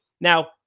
Now